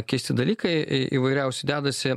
keisti dalykai įvairiausi dedasi